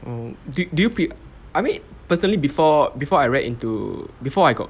oh do do you pre~ I mean personally before before I read into before I got